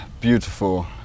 Beautiful